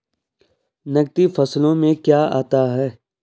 नकदी फसलों में क्या आता है?